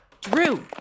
Drew